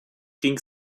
ging